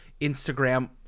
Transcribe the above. instagram